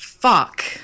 Fuck